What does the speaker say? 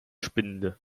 spinde